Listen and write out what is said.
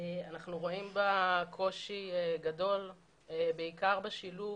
אנחנו רואים בה קושי גדול, בעיקר בשילוב